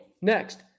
next